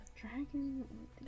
dragon